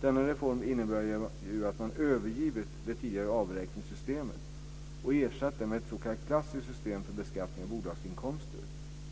Denna reform innebär ju att man övergivit det tidigare avräkningssystemet och ersatt det med ett s.k. klassiskt system för beskattning av bolagsinkomster,